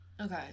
okay